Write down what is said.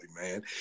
man